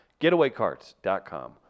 Getawaycarts.com